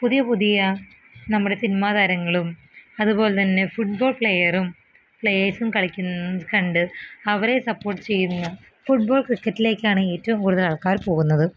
പുതിയ പുതിയ നമ്മുടെ സിനിമാ താരങ്ങളും അതുപോലെ തന്നെ ഫുട്ബോള് പ്ലെയറും പ്ലെയേസും കളിക്കുന്നത് കണ്ട് അവരെ സപ്പോര്ട്ട് ചെയ്യുന്ന ഫുട്ബോള് ക്രിക്കറ്റിലേക്കാണ് ഏറ്റവും കൂടുതല് ആള്ക്കാര് പോകുന്നത്